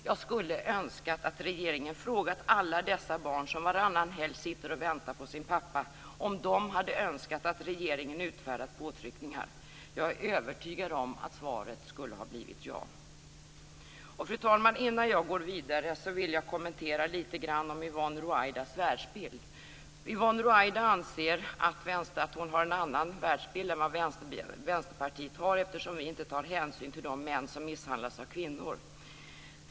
Jag skulle önskat att regeringen frågat alla dessa barn som varannan helg sitter och väntar på sin pappa om de hade önskat att regeringen utfärdat påtryckningar. Jag är övertygad om att svaret skulle ha blivit ja. Fru talman! Innan jag går vidare vill jag litet grand kommentera Yvonne Ruwaidas världsbild. Yvonne Ruwaida anser att hon har en annan världsbild än vad Vänsterpartiet har, eftersom vi inte tar hänsyn till de män som misshandlas av kvinnor.